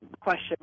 question